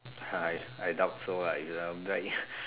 I I doubt so lah if I'm back